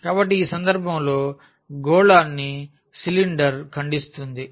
కాబట్టి ఈ సందర్భంలో గోళాన్ని సిలిండర్ ఖండిస్తుంది